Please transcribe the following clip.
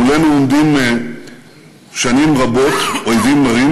מולנו עומדים שנים רבות אויבים מרים.